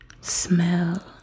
smell